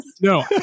No